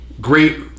great